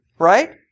Right